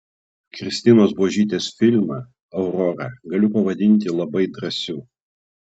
kristinos buožytės filmą aurora galiu pavadinti labai drąsiu